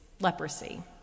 leprosy